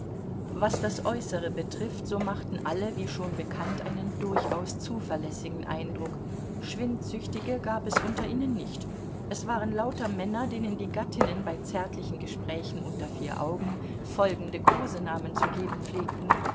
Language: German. was das äußere betrifft so machten alle wie schon bekannt einen durchaus zuverlässigen eindruck schwindsüchtige gab es unter ihnen nicht es waren lauter männer denen die gattinnen bei zärtlichen gesprächen unter vier augen folgende kosenamen zu geben pflegten